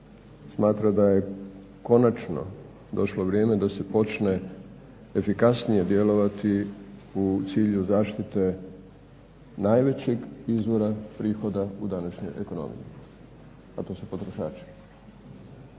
smatra da je konačno došlo vrijeme da se počne efikasnije djelovati u cilju zaštite najvećeg izvora prihoda u današnjoj ekonomiji, a to su potrošači.